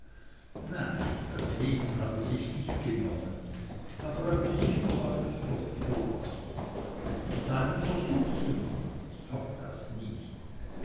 nein das leben hat er sich nicht genommen aber ein bißchen war es doch so was hat er einen versuch gemacht auch das nicht